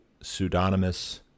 pseudonymous